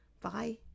Bye